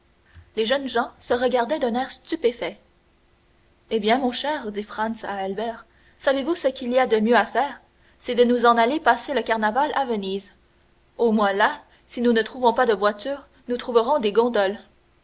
les deux jeunes gens se regardaient d'un air stupéfait eh bien mon cher dit franz à albert savez-vous ce qu'il y a de mieux à faire c'est de nous en aller passer le carnaval à venise au moins là si nous ne trouvons pas de voiture nous trouverons des gondoles